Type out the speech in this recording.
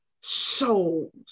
souls